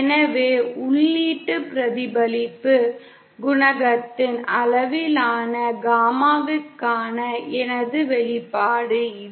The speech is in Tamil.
எனவே உள்ளீட்டு பிரதிபலிப்பு குணகத்தின் அளவிலான காமாவுக்கான எனது வெளிப்பாடு இது